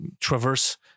traverse